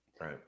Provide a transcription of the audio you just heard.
Right